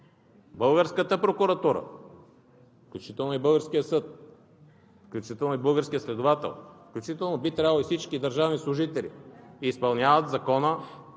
Българската прокуратура, включително и българският съд, включително и българският следовател, включително би трябвало и всички държавни служители, изпълняват закона,